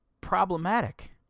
problematic